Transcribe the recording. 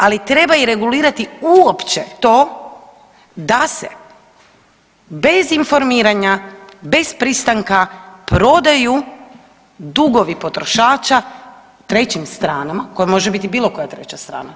Ali treba i regulirati uopće to da se bez informiranja, bez pristanka prodaju dugovi potrošača trećim stranama koje može biti bilo koja treća strana.